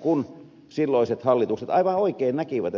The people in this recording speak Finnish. kun silloiset hallitukset aivan oikein näkivät